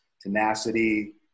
tenacity